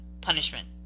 Punishment